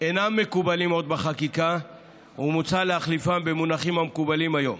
אינם מקובלים עוד בחקיקה ומוצע להחליפם במונחים המקובלים היום.